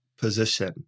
position